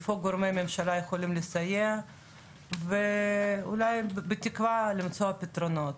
איפה גורמי הממשלה יכולים לסייע בתקווה למצוא פתרונות.